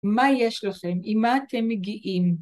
מה יש לכם? עם מה אתם מגיעים?